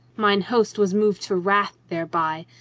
mine host was moved to wrath thereby,